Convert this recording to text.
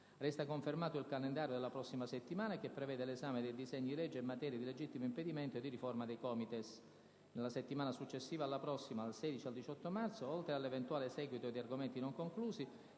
Resta confermato il calendario della prossima settimana che prevede l'esame dei disegni di legge in materia di legittimo impedimento e di riforma dei COMITES. Nella settimana successiva alla prossima, dal 16 al 18 marzo, oltre all'eventuale seguito di argomenti non conclusi,